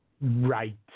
Right